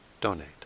donate